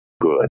good